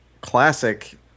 classic